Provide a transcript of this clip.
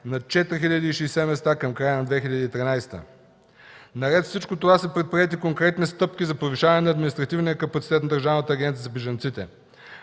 на 4060 места в края на 2013 г. Наред с всичко това са предприети конкретни стъпки за повишаване на административния капацитет на Държавната агенция за бежанците.